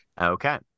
Okay